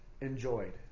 enjoyed